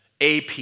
AP